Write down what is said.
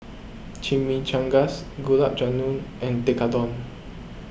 Chimichangas Gulab Jamun and Tekkadon